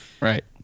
Right